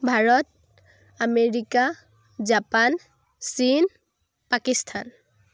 Bharat America Japan চীন পাকিস্তান